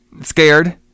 scared